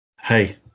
hey